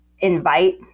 invite